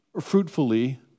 fruitfully